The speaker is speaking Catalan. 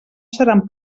seran